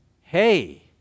Hey